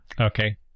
Okay